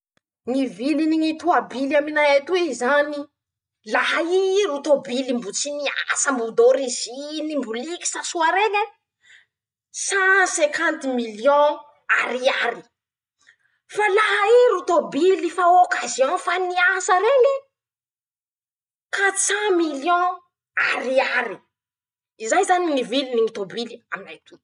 Ñy viliny ñy toabily aminay atoy zany, laha ii ro toabily mbo tsy niasa mbo dôriziny mbo likisa soa reñye sasenkanty milion ariaray; fa laha ii ro tobily fa ôkazion fa niasareñe, katisan million ariary, zay zany ñy viliny tôbily aminay atoy.